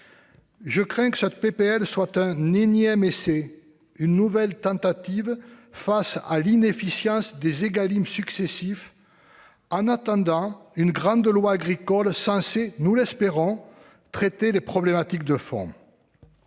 de loi ne soit un énième essai, une nouvelle tentative face à l'inefficience des lois Égalim successives, en attendant une grande loi agricole censée, nous l'espérons, traiter les problématiques de fond.